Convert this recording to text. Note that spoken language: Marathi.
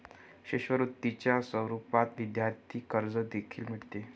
शिष्यवृत्तीच्या स्वरूपात विद्यार्थी कर्ज देखील मिळते